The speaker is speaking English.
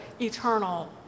eternal